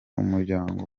umuryango